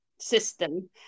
system